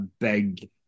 big